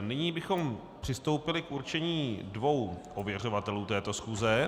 Nyní bychom přistoupili k určení dvou ověřovatelů této schůze.